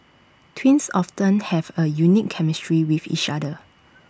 twins often have A unique chemistry with each other